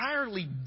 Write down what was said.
entirely